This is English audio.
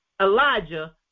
Elijah